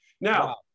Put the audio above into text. Now